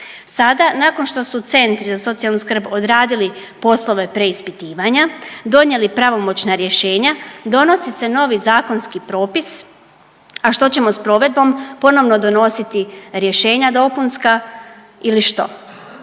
Sada nakon što su centri za socijalnu skrb odradili poslove preispitivanja, donijeli pravomoćna rješenja, donosi se novi zakonski propis, a što ćemo s provedbom, ponovno donositi rješenja dopunska ili što.